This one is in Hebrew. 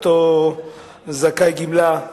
לאותו זכאי גמלה.